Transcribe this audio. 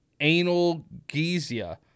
analgesia